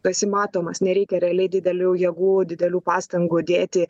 pasimatomas nereikia realiai didelių jėgų didelių pastangų dėti